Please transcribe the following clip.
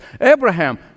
Abraham